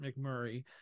McMurray